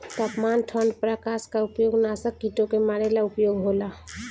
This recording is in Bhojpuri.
तापमान ठण्ड प्रकास का उपयोग नाशक कीटो के मारे ला उपयोग होला का?